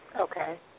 Okay